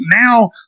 now